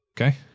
Okay